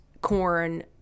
corn